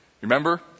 Remember